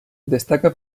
destaca